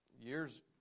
years